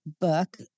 book